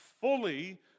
fully